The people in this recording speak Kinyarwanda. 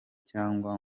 cyangwa